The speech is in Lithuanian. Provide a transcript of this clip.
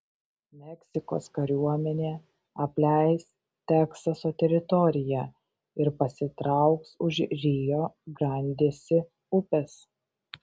meksikos kariuomenė apleis teksaso teritoriją ir pasitrauks už rio grandėsi upės